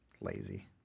Lazy